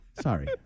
Sorry